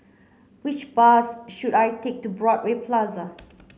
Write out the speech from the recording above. which bus should I take to Broadway Plaza